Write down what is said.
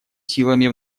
силами